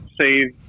save